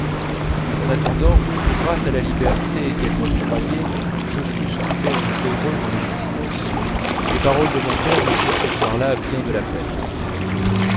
en attendant que grâce à la liberté qu'elles m'octroyaient je fusse ou non heureux dans l'existence les paroles de mon père me firent ce soir-là bien de la peine